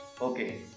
Okay